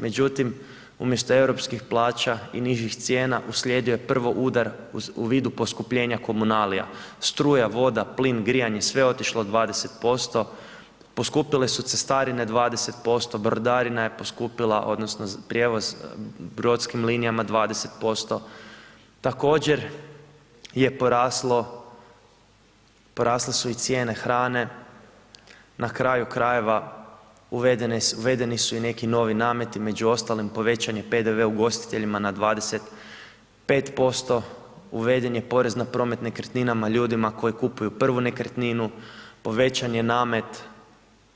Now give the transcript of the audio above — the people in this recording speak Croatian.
Međutim, umjesto europskih plaća i nižih cijena, uslijedio je prvo udar u vidu poskupljenja komunalija, struja, voda, plin, grijanje, sve je otišlo 20%, poskupile su cestarine 20%, brodarina je poskupila odnosno prijevoz brodskim linijama 20%, također je poraslo, porasle su i cijene hrane, na kraju krajeva, uvedeni su i neki nameti, među ostalim, povećan je PDV ugostiteljima na 25%, uveden je porez na promet nekretninama ljudima koji kupuju prvu nekretninu, povećan je namet